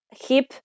hip